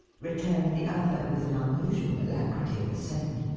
returned the other with an unusual alacrity of assent.